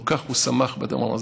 הוא כל כך שמח בדבר הזה,